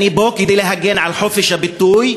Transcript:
אני פה כדי להגן על חופש הביטוי,